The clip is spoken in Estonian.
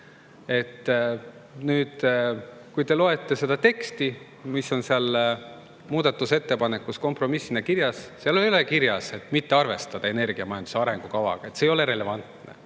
Nüüd, kui te loete seda teksti, mis on muudatusettepanekus kompromissina kirjas, [siis näete, et] seal ei ole kirjas, et mitte arvestada energiamajanduse arengukavaga, et see ei ole relevantne